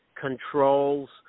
controls